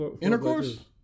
intercourse